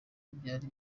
byari